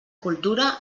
cultura